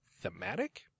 thematic